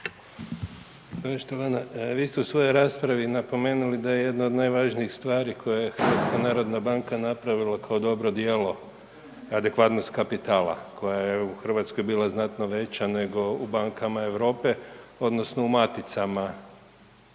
Vi ste u svojoj raspravi napomenuli da je jedna od najvažnijih stvari koje je HNB napravila kao dobro djelo adekvatnost kapitala koja je u Hrvatskoj bila znatno veća nego u bankama Europe, odnosno u maticama